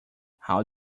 how